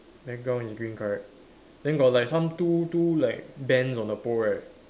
background is green correct then got like some two two like bands on the pole right